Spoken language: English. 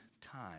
time